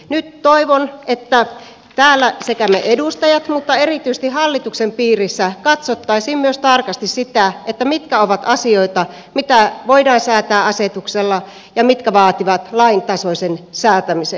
nyt toivon että täällä sekä meidän edustajien että erityisesti hallituksen piirissä katsottaisiin myös tarkasti sitä mitkä ovat asioita joista voidaan säätää asetuksella ja mitkä vaativat lain tasoisen säätämisen